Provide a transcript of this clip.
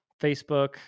Facebook